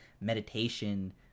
meditation